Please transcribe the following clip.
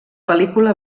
pel·lícula